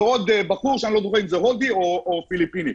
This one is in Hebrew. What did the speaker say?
ועוד בחור שהוא הודי או פיליפיני.